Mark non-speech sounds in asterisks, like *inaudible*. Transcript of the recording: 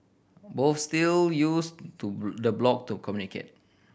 both still use to *unintelligible* the blog to communicate